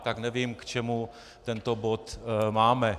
Tak nevím, k čemu tento bod máme.